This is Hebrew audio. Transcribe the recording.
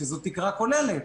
זאת תקרה כוללת,